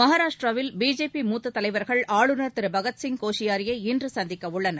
மகராஷ்டிராவில் BJP மூத்த தலைவர்கள் ஆளுநர் திரு பகத்சிய் கோஷ்பாரியை இன்று சந்திக்க உள்ளனர்